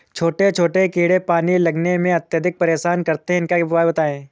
छोटे छोटे कीड़े पानी लगाने में अत्याधिक परेशान करते हैं इनका उपाय बताएं?